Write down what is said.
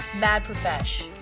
mad profesh